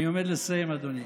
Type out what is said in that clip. אני עומד לסיים, אדוני.